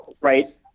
right